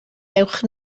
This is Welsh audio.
dewch